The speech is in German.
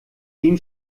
dem